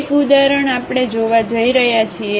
એક ઉદાહરણ આપણે જોવા જઈ રહ્યા છીએ